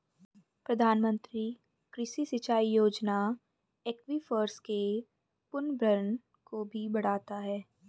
प्रधानमंत्री कृषि सिंचाई योजना एक्वीफर्स के पुनर्भरण को भी बढ़ाता है